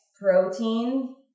protein